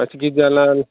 कशें किदें जालां